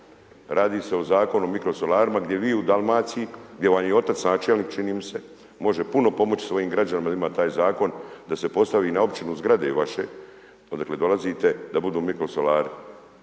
Radi se o Zakonu o mikrosolarima gdje vi u Dalmaciji, gdje vam je otac načelnik, čini mi se, može puno pomoći svojim građanima da ima taj Zakon da se postavi na općinu zgrade vaše, odakle dolazite, da budu mikrosolari.